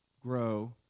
grow